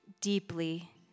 deeply